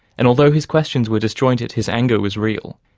and, although his questions were disjointed, his anger was real.